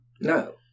No